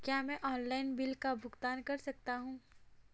क्या मैं online bill का भुगतान कर सकता हूँ?